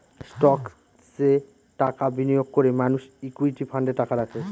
স্টকসে টাকা বিনিয়োগ করে মানুষ ইকুইটি ফান্ডে টাকা রাখে